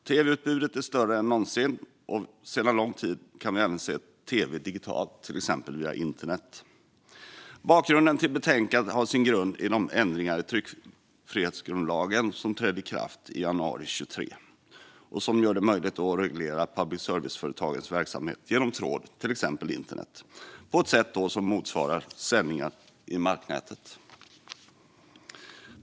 Tv-utbudet är större än någonsin, och vi kan sedan lång tid även se tv digitalt, till exempel via internet. Betänkandet har sin grund i de ändringar i tryckfrihetsgrundlagen som trädde i kraft i januari 2023 och som gör det möjligt att reglera public service-företagens verksamhet genom tråd, till exempel internet, på ett sätt som motsvarar det som gäller för sändningar i marknätet.